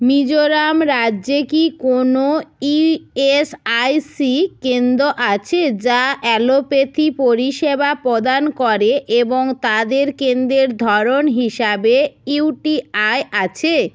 মিজোরাম রাজ্যে কি কোনও ইএসআইসি কেন্দ্র আছে যা অ্যালোপ্যাথি পরিষেবা প্রদান করে এবং তাদের কেন্দ্র্রের ধরন হিসাবে ইউটিআই আছে